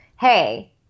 hey